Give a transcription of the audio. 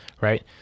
right